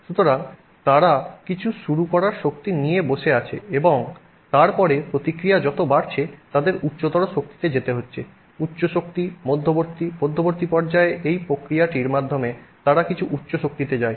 সুতরাং তারা কিছু শুরু করার শক্তি নিয়ে বসে আছে এবং তারপরে প্রতিক্রিয়া যত বাড়ছে তাদের উচ্চতর শক্তিতে যেতে হচ্ছে উচ্চ শক্তি মধ্যবর্তী মধ্যবর্তী পর্যায়ে এই প্রতিক্রিয়াটির মাধ্যমে তারা কিছু উচ্চ শক্তিতে যায়